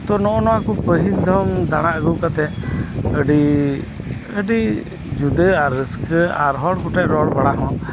ᱛᱚ ᱱᱚᱜᱚᱭ ᱱᱚᱣᱟᱠᱩ ᱯᱟᱹᱦᱤᱞ ᱫᱷᱚᱢ ᱫᱟᱬᱟ ᱟᱹᱜᱩ ᱠᱟᱛᱮᱜ ᱟᱹᱰᱤ ᱡᱩᱫᱟᱹ ᱟᱨ ᱨᱟᱹᱥᱠᱟᱹ ᱟᱨ ᱦᱚᱲᱠᱩᱴᱷᱮᱡ ᱨᱚᱲ ᱵᱟᱲᱟᱦᱚᱸ